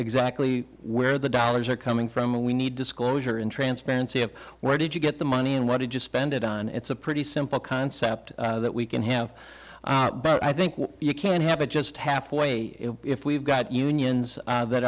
exactly where the dollars are coming from and we need disclosure and transparency of where did you get the money and what did you spend it on it's a pretty simple concept that we can have but i think you can have it just halfway if we've got unions